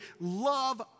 love